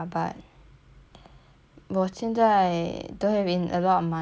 我现在 don't have en~ a lot of money also lah I mean